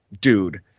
dude